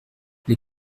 les